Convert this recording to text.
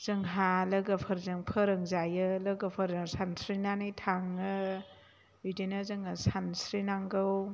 जोंहा लोगोफोरजों फोरोंजायो लोगोफोरजों सानस्रिनानै थाङो बिदिनो जोङो सानस्रिनांगौ